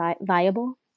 viable